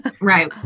Right